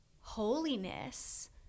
holiness